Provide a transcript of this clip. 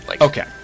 Okay